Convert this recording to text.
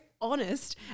honest